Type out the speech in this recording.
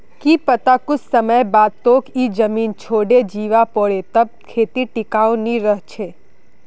की पता कुछ समय बाद तोक ई जमीन छोडे जीवा पोरे तब खेती टिकाऊ नी रह छे